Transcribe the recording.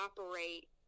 operate